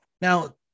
Now-